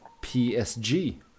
PSG